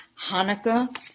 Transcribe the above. Hanukkah